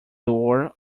door